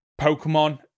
Pokemon